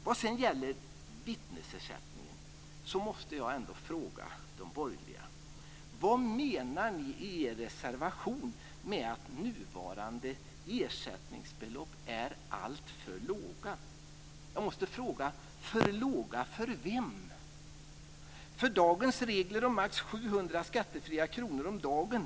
När det gäller vittnesersättningen måste jag fråga de borgerliga: Vad menar ni i er reservation med att nuvarande ersättningsbelopp är alltför låga? För vilka är de för låga? Dagens regler innebär maximalt 700 skattefria kronor om dagen.